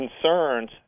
concerns